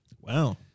Wow